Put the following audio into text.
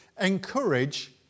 Encourage